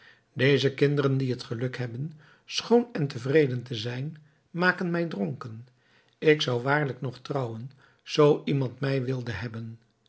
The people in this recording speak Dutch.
deze kinderen die het geluk hebben schoon en tevreden te zijn maken mij dronken ik zou waarlijk nog trouwen zoo iemand mij wilde hebben